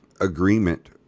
agreement